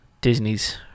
Disney's